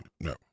no